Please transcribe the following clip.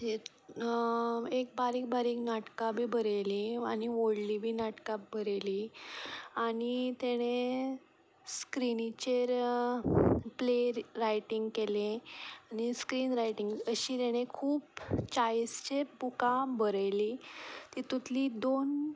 एक बारीक बारीक नाटकां बी बरयलीं आनी व्हडलीं बी नाटकां बरयलीं आनी ताणे स्क्रिनीचेर प्ले रायटींग केलें आनी क्लीन रायटींग अशी तेणे खूब चाळिशेक बुकां बरयलीं तितूंतलीं दोन